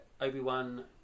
Obi-Wan